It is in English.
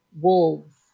wolves